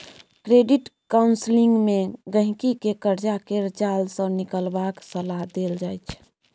credit counselling मे गहिंकी केँ करजा केर जाल सँ निकलबाक सलाह देल जाइ छै